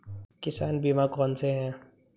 किसान बीमा कौनसे हैं?